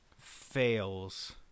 fails